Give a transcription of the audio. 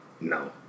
No